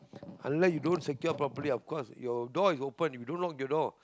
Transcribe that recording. unless you don't secure properly of course your door is open you don't lock your door